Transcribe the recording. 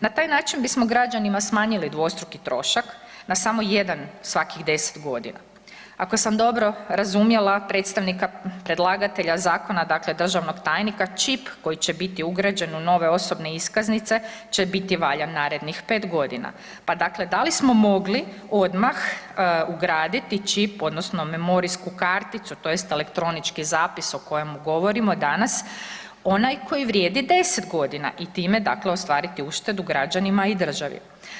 Na taj način bismo građanima smanjili dvostruki trošak na samo jedan svakih 10.g. Ako sam dobro razumjela predstavnika predlagatelja zakona, dakle državnog tajnika, čip koji će biti ugrađen u nove osobne iskaznice će biti valjan narednih 5.g., pa dakle da li smo mogli odmah ugraditi čip odnosno memorijsku karticu tj. elektronički zapis o kojemu govorimo danas, onaj koji vrijedi 10.g. i time dakle ostvariti uštedu građanima i državi?